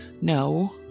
No